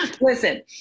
Listen